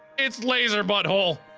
it's laser butthole.